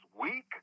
weak